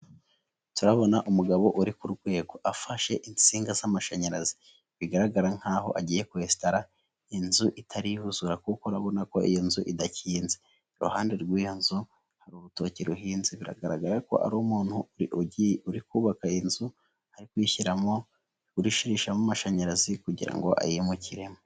Turabona umugabo uri ku rwego afashe insinga z'amashanyarazi, bigaragara nk'aho agiye kwesitara inzu itariyuzura kuko urabona ko iyo nzu idakinze, iruhande rw'iyo nzu hari urutoki ruhinze biragaragara ko ari umuntu uri kubaka inzu ari kuyishyira kuyishyirishamo amashanyarazi kugira ngo ayimukiremo.